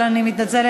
אבל אני מתנצלת,